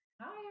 Hi